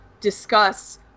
discuss